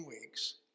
weeks